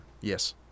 Yes